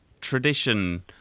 tradition